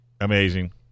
amazing